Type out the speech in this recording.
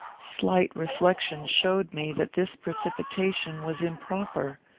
slight reflection showed me that this precipitation was improper.